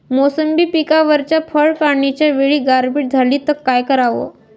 मोसंबी पिकावरच्या फळं काढनीच्या वेळी गारपीट झाली त काय कराव?